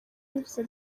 bivuze